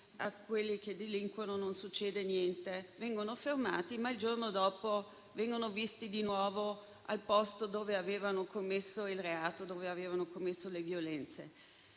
a quanti delinquono non succede niente: vengono fermati, ma il giorno dopo vengono visti di nuovo al posto dove hanno commesso il reato, dove hanno commesso le violenze.